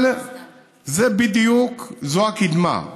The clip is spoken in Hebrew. אבל זאת בדיוק הקדמה,